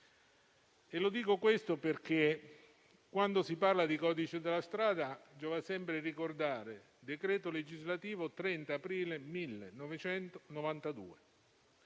Dico questo perché quando si parla di codice della strada giova sempre ricordare il decreto legislativo 30 aprile 1992.